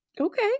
Okay